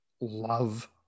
love